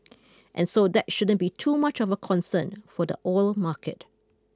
and so that shouldn't be too much of a concern for the oil market